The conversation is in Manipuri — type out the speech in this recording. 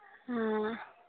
ꯑ